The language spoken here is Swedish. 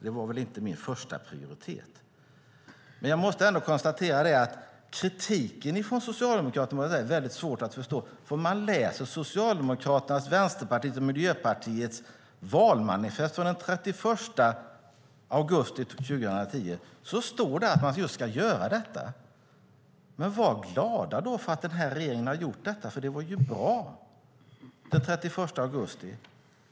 Det var inte min första prioritet. Men jag måste ändå konstatera att det är mycket svårt att förstå kritiken från Socialdemokraterna, för när man läser Socialdemokraternas, Vänsterpartiets och Miljöpartiets valmanifest från den 31 augusti 2010 står det att man ska göra just detta. Var glada då för att den här regeringen har gjort detta! Det var ju bra den 31 augusti.